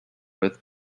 with